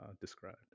described